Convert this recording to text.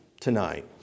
tonight